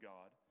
God